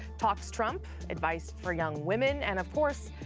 talks trump, advice for young women and, of course,